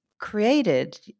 created